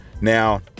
Now